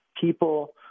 People